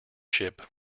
ship